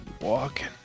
walking